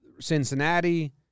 Cincinnati